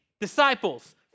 disciples